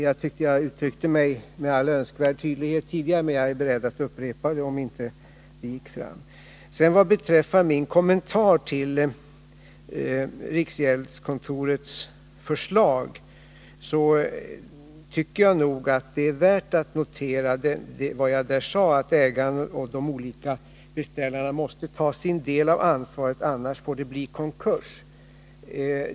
Jag tyckte att jag uttrycke mig med all önskvärd tydlighet tidigare, men jag är beredd att upprepa resonemanget om det inte gick fram. Vad beträffar min kommentar till riksgäldskontorets förslag borde det nog vara värt att notera vad jag där sade, nämligen att ägarna och de olika beställarna måste ta sin del av ansvaret, annars får det bli konkurs.